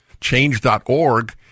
Change.org